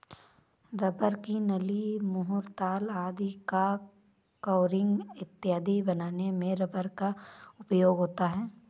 rubber की नली, मुहर, तार आदि का कवरिंग इत्यादि बनाने में रबर का उपयोग होता है